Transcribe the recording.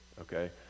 Okay